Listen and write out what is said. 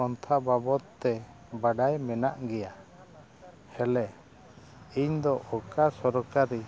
ᱯᱚᱱᱛᱷᱟ ᱵᱟᱵᱚᱛ ᱛᱮ ᱵᱟᱰᱟᱭ ᱢᱮᱱᱟᱜ ᱜᱮᱭᱟ ᱦᱮᱞᱮ ᱤᱧ ᱫᱚ ᱚᱠᱟ ᱥᱚᱨᱠᱟᱨᱤ